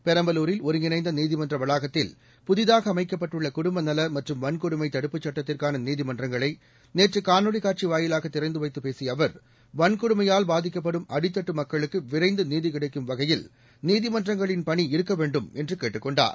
பெரம்பலூரில் ஒருங்கிணைந்த நீதிமன்ற வளாகத்தில் புதிதாக அமைக்கப்பட்டுள்ள குடும்ப நல மற்றும் வன்கொடுமை தடுப்புச் சட்டத்திற்கான நீதிமன்றங்களை நேற்று காணொலி காட்சி வாயிலாக திறந்து வைத்து பேசிய அவர் வன்கொடுமையால் பாதிக்கப்படும் அடித்தட்டு மக்களுக்கு விரைந்து நீதி கிடைக்கும் வகையில் நீதிமன்றங்களின் பணி இருக்க வேண்டும் என்று கேட்டுக் கொண்டார்